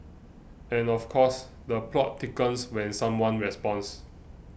and of course the plot thickens when someone responds